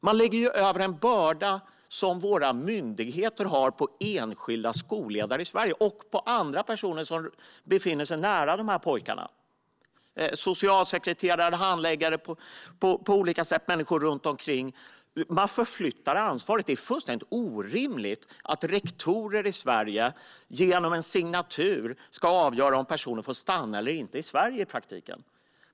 Man lägger över en börda från våra myndigheter på enskilda skolledare i Sverige och på andra personer som befinner sig nära dessa pojkar - på socialsekreterare, handläggare och andra människor som på olika sätt befinner sig runt omkring dem. Man förflyttar ansvaret. Det är fullständigt orimligt att rektorer genom en signatur i praktiken ska avgöra om personen får stanna i Sverige eller inte.